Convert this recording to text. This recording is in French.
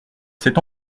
cet